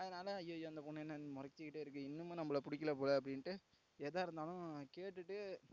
அதனால் அய்யய்யோ அந்த பொண்ணு என்ன நம்பளை முறச்சிக்கிட்டே இருக்கு இன்னும் நம்மளை பிடிக்கல போல் அப்படின்ட்டு எதாக இருந்தாலும் கேட்டுவிட்டு